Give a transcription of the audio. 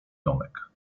domek